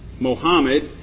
Mohammed